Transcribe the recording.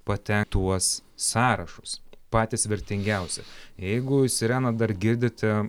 patek tuos sąrašus patys vertingiausi jeigu jūs irena dar girdite